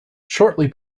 shortly